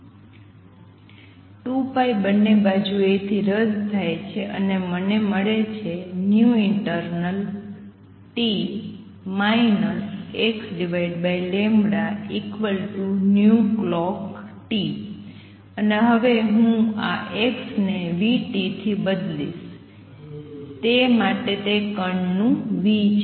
2π બંને બાજુએથી રદ થાય છે અને મને મળે છે internalt xclockt અને હવે હું આ x ને vt થી બદલીશ તે માટે તે કણનું v છે